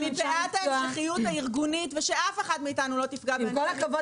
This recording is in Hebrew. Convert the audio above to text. ומפאת ההמשכיות הארגונית ושאף אחת מאתנו לא תפגע באנשי מקצוע